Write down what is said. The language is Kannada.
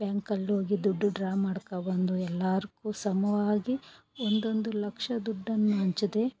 ಬ್ಯಾಂಕಲ್ಲೋಗಿ ದುಡ್ಡು ಡ್ರಾ ಮಾಡ್ಕೋಬಂದು ಎಲ್ಲಾರಿಗು ಸಮವಾಗಿ ಒಂದೊಂದು ಲಕ್ಷ ದುಡ್ಡನ್ನು ಹಂಚಿದೆ